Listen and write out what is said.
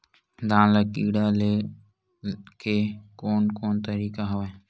धान ल कीड़ा ले के कोन कोन तरीका हवय?